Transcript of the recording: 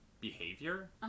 behavior